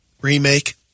remake